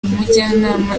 umujyanama